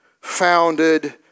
founded